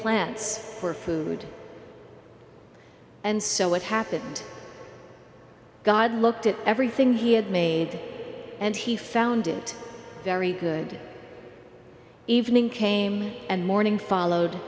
plants for food and so what happened god looked at everything he had made and he found it very good evening came and morning followed